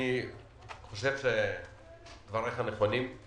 אני חושב שדבריך נחמדים,